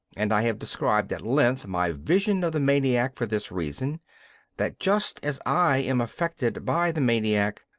and i have described at length my vision of the maniac for this reason that just as i am affected by the maniac,